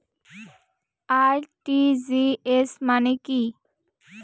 RTGS মানে কি?